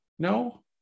No